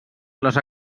les